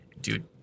dude